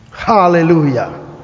Hallelujah